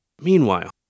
Meanwhile